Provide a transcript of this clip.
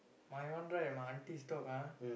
my one right my auntie's dog ah